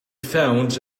found